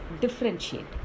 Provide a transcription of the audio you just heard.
differentiate